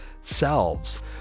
selves